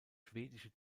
schwedische